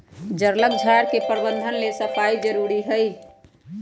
जङगल झार के प्रबंधन लेल सफाई जारुरी हइ